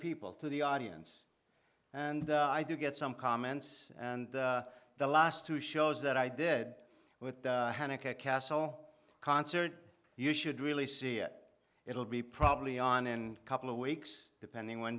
people to the audience and i do get some comments and the last two shows that i did with the castle concert you should really see that it will be probably on and a couple of weeks depending when